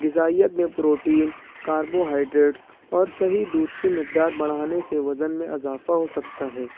غذائیت میں protein carbohydrates اور صحیح دودھ کی مقدار بڑھانے سے وزن میں اضافہ ہو سکتا ہے